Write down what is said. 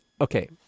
okay